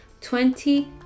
twenty